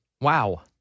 Wow